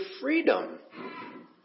freedom